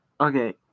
Okay